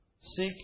seek